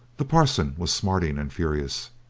the parson was smarting and furious.